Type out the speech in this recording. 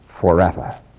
forever